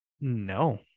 No